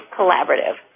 Collaborative